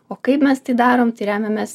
o kaip mes tai darom tai remiamės